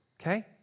Okay